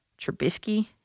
Trubisky